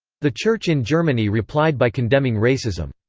the church in germany replied by condemning racism.